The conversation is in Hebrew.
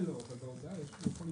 הנושא של הסימון במזון הוא נושא מאוד